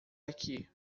aqui